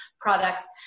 products